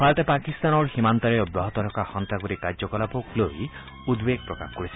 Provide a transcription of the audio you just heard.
ভাৰতে পাকিস্তানৰ সীমান্তৰে অব্যাহত থকা সন্ত্ৰাসবাদী কাৰ্যকলাপক লৈ উদ্বেগ প্ৰকাশ কৰিছে